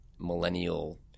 millennial